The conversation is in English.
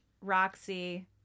Roxy